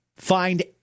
Find